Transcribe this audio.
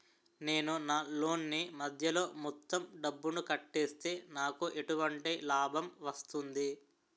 నేను నా లోన్ నీ మధ్యలో మొత్తం డబ్బును కట్టేస్తే నాకు ఎటువంటి లాభం వస్తుంది?